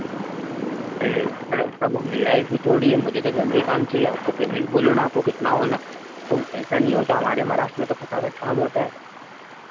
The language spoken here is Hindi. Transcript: अरे स सर वो मेरा इशू थोड़ी है मुझे तो जल्दी काम चहिए आपको पेमेंट बोलो आपको कितना होना तो ऐसा नहीं होता हमारे महाराष्ट्र में तो फटाफट काम होता है